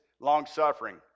Long-suffering